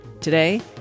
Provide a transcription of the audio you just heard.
today